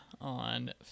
on